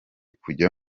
kujya